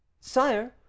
Sire